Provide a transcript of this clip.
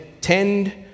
tend